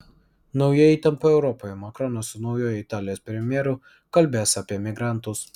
nauja įtampa europoje makronas su naujuoju italijos premjeru kalbės apie migrantus